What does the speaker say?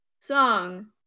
song